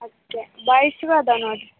ಅಚ್ಚೆ ಬಾಯ್ಸ್ದು ಇದೆ ನೋಡ್ರಿ